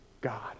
God